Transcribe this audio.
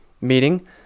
meeting